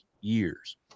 years